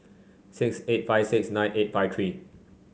six eight five six nine eight five three